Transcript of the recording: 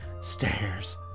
stairs